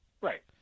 Right